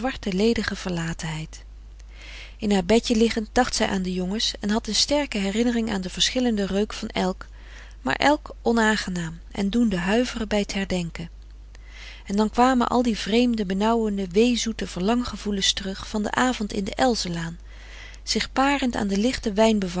des doods bedje liggend dacht zij aan de jongens en had een sterke herinnering aan de verschillende reuk van elk maar elk onaangenaam en doende huiveren bij t herdenken en dan kwamen al die vreemde benauwende wee zoete verlang gevoelens terug van den avond in de elzenlaan zich parend aan de lichte